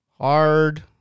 Hard